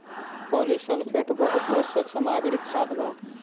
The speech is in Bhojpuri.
पॉलीसल्फेट बहुपोषक सामग्री खाद बा